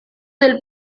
del